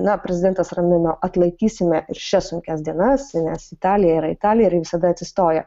na prezidentas ramino atlaikysime ir šias sunkias dienas nes italija yra italija ir ji visada atsistoja